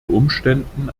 umständen